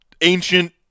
ancient